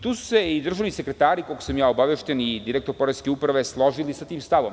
Tu su se i državni sekretari, koliko sam ja obavešten, i direktor poreske uprave složili sa tim stavom.